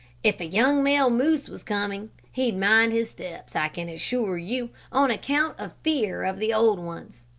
if a young male moose was coming, he'd mind his steps, i can assure you, on account of fear of the old ones,